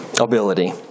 ability